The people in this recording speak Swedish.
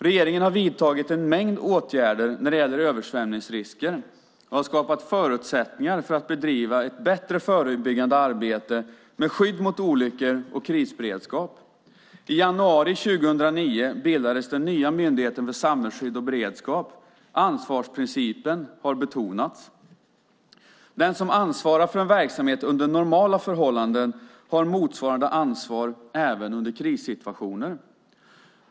Regeringen har vidtagit en mängd åtgärder när det gäller översvämningsrisker och har skapat förutsättningar för att bedriva ett bättre förebyggande arbete med skydd mot olyckor och krisberedskap. I januari 2009 bildades den nya Myndigheten för samhällsskydd och beredskap. Ansvarsprincipen har betonats. Den som ansvarar för en verksamhet under normala förhållanden har motsvarande ansvar även under krissituationer.